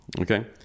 okay